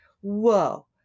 whoa